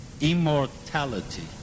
immortality